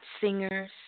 singers